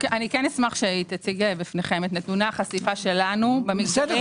נשמח שתציג בפניכם את נתוני החשיפה שלנו במספרים.